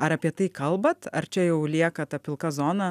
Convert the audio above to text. ar apie tai kalbat ar čia jau lieka ta pilka zona